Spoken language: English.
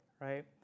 right